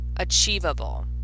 Achievable